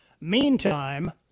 Meantime